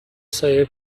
سایه